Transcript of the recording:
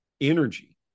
energy